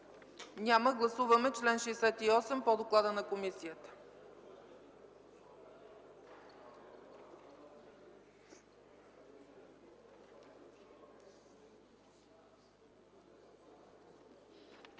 Няма. Гласуваме чл. 68 по доклада на комисията.